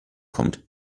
kommt